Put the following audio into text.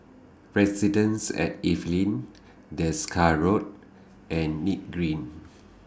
Residences At Evelyn Desker Road and Nim Green